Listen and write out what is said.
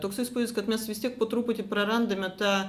toks įspūdis kad mes vis tiek po truputį prarandame tą